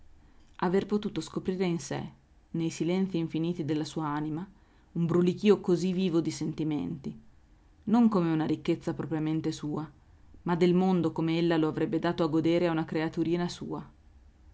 aver potuto scoprire in sé nei silenzii infiniti della sua anima un brulichio così vivo di sentimenti non come una ricchezza propriamente sua ma del mondo come ella lo avrebbe dato a godere a una creaturina sua